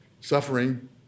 suffering